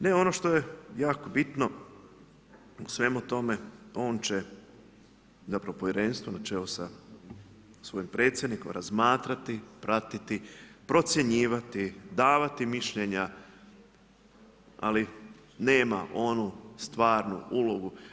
Ne ono što je jako bitno u svemu tome on će, zapravo povjerenstvo na čelu sa svojim predsjednikom razmatrati, pratiti, procjenjivati, davati mišljenja ali nema onu stvarnu ulogu.